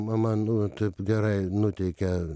ma man nu taip gerai nuteikia